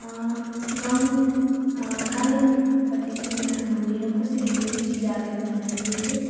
गाउनु गायनपट्टि चाहिँ म मेरो कसरी रुचि जाग्यो भन्दाखेरि चाहिँ